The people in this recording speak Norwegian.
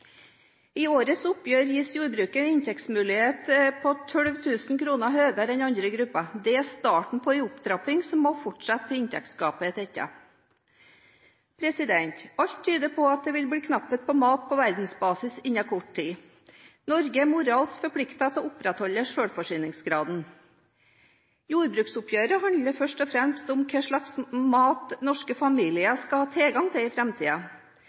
I årets oppgjør gis jordbruket en inntektsmulighet på 12 000 kr mer enn andre grupper. Det er starten på en opptrapping som må fortsette til inntektsgapet er tettet. Alt tyder på at det vil bli knapphet på mat på verdensbasis innen kort tid. Norge er moralsk forpliktet til å opprettholde sjølforsyningsgraden. Jordbruksoppgjøret handler først og fremst om hva slags mat norske familier skal ha tilgang til i